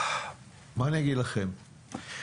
מה אני אגיד לכם?